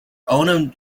own